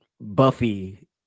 Buffy